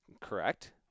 Correct